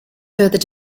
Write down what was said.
further